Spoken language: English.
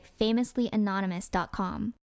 famouslyanonymous.com